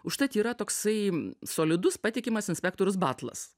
užtat yra toksai solidus patikimas inspektorius batlas